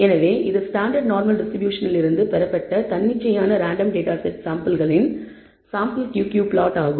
எனவே இது standard normal distribution இல் இருந்து பெறப்பட்ட தன்னிச்சையான ரேண்டம் டேட்டா செட் சாம்பிள்களின் சாம்பிள் QQ பிளாட் ஆகும்